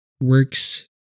works